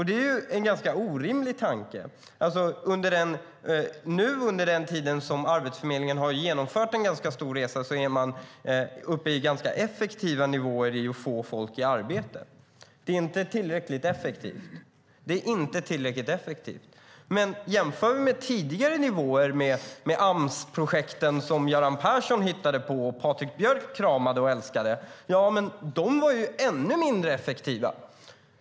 Det är en ganska orimlig tanke. Under den tid som Arbetsförmedlingen har genomfört en ganska stor resa är man uppe i ganska effektiva nivåer i att få människor i arbete. Det är inte tillräckligt effektivt. Men jämför vi med tidigare nivåer med AMS-projekten som Göran Persson hittade på och Patrik Björck kramade och älskade var de ännu mindre effektiva.